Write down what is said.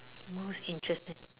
most interesting